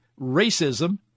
racism